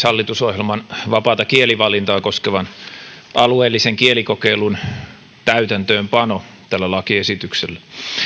hallitusohjelman vapaata kielivalintaa koskevan alueellisen kielikokeilun täytäntöönpano tällä lakiesityksellä